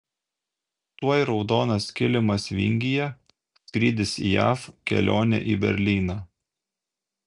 tuoj raudonas kilimas vingyje skrydis į jav kelionė į berlyną